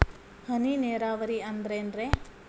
ಹನಿ ನೇರಾವರಿ ಅಂದ್ರೇನ್ರೇ?